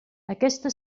aquesta